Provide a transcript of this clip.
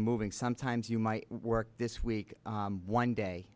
moving sometimes you might work this week one day